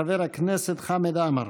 חבר הכנסת חמד עמאר.